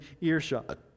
earshot